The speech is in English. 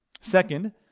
Second